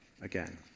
again